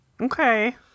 Okay